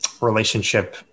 relationship